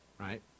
Right